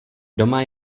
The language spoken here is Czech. doma